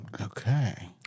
Okay